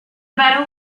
battle